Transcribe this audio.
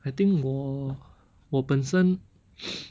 I think 我我本身